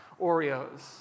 Oreos